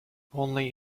only